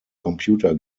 computer